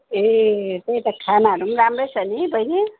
ए त्यही त खानाहरू पनि राम्रै छ नि बहिनी